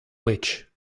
which